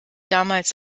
damals